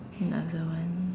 another one